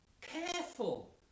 careful